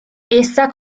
essa